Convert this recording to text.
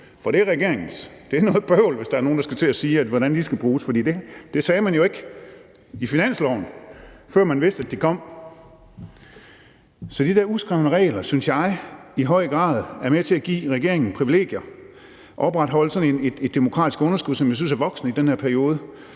For det er regeringens. Det er noget bøvl, hvis der er nogen, der skal til at sige, hvordan de skal bruges, for det sagde man jo ikke noget om under finanslovsforhandlingerne, før man vidste, at de kom. Så de der uskrevne regler synes jeg i høj grad er med til at give regeringen privilegier og opretholde sådan et demokratisk underskud, som jeg synes er voksende i den her periode,